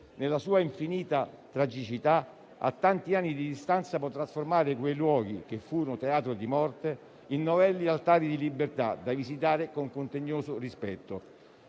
nella sua infinita tragicità, a tanti anni di distanza può trasformare quei luoghi che furono teatro di morte in novelli altari di libertà, da visitare con contegnoso rispetto.